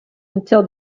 until